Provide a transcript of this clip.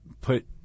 put